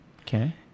Okay